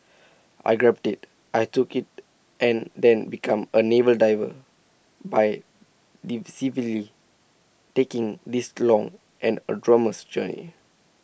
I grabbed IT I took IT and then become A naval diver by taking this long and arduous journey